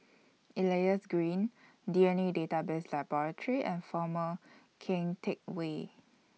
Elias Green D N A Database Laboratory and Former Keng Teck Whay